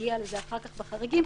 נגיע לזה אחר כך בחריגים,